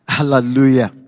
Hallelujah